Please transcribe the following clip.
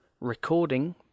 Recording